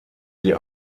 sie